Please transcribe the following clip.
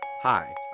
Hi